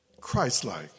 Christ-like